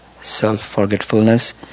self-forgetfulness